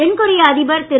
தென்கொரிய அதிபர் திரு